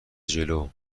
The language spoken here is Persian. جلو